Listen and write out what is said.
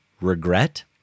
regret